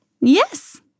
Yes